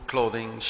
...clothing